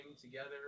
together